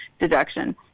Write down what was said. deduction